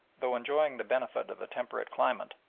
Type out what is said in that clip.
though enjoying the benefit of a temperate climate,